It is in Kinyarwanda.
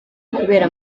kubera